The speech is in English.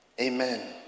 Amen